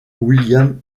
william